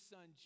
Son